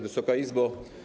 Wysoka Izbo!